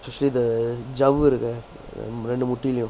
ewspecially the ஜவ்வு இருக்கே ரெண்டு முட்டிலும்:javvu irukke rendu muttilum